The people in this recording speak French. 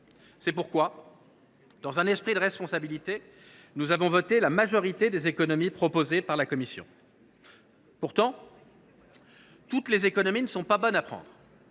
C’est pourquoi, dans un esprit de responsabilité, nous avons voté la majorité des économies proposées par la commission. Toutefois, toutes les économies ne sont pas bonnes à prendre.